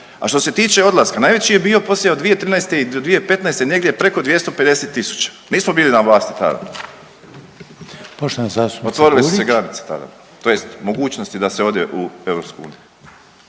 A što se tiče odlaska najveći je bio poslije od 2013. do 2015. negdje preko 250.000, mi smo bili na vlasti tada, otvorile su se granice tada tj. mogućnosti da se ode u EU.